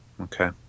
okay